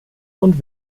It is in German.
und